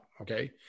Okay